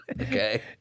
Okay